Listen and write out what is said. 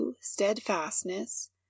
Steadfastness